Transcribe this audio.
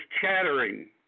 chattering